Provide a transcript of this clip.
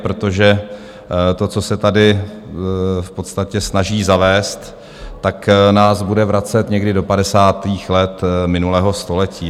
Protože to, co se tady v podstatě snaží zavést, nás bude vracet někdy do padesátých let minulého století.